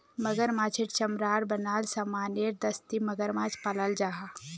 मगरमाछेर चमरार बनाल सामानेर दस्ती मगरमाछ पालाल जाहा